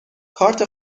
کارت